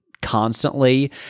constantly